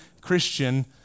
Christian